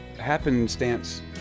Happenstance